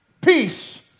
peace